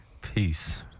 peace